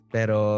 Pero